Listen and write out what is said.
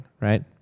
right